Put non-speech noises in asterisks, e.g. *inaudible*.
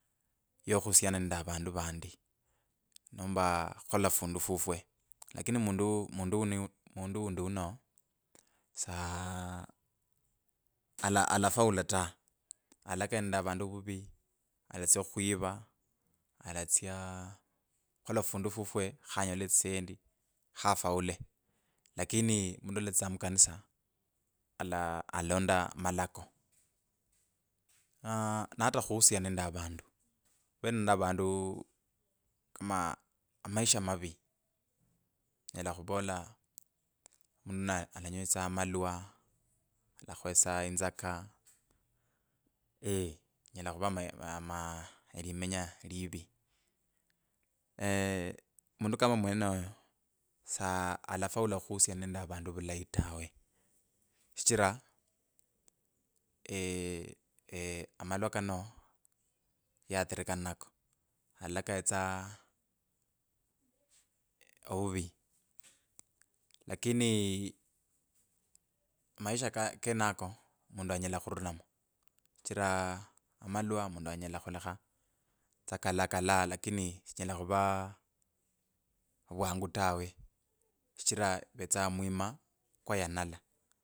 Yo khuhusiana nende vandu vandi, nomba khukhola fundu fufwe lakini mundu mundu undi uno, sa alafuala ta alalakaya nende avandu vuvi alatsya okhawiva, alatsya khukhola fundu fufwe khayole etsisendi khafaule. Lakini mundu alatsitsa mukanisa ala… alalonda amalako, alaaah na ata khuhusiana nende avundu khurera nende avandu kama amaisha mavii onyela khuva ola mundu na aa alanywetsa malwa alakhwesaa inzaka,, *hesitation* onyela khuva elimenya livi, eeeh mundu kama omwenoyo salafuala khuhusiana nende vandu vulayi tawe, shichira eeeh amalwa kano yaathirika nnako, alalakaya tsa ovuvi lakini maisha kenako mundu anyela khurulamu, shichira amalwa mundu anyela khulekha tsa kalakalaa lakini sinyela khuvaa vwangu tawe shichira kuvetsa mwima kw yanala.